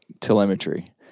telemetry